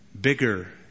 bigger